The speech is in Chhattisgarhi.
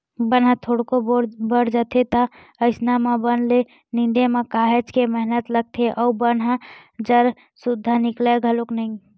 बन ह थोरको बाड़ जाथे अइसन म बन ल निंदे म काहेच के मेहनत लागथे अउ बन ह जर सुद्दा निकलय घलोक नइ